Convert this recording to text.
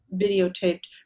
videotaped